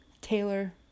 Taylor